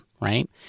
right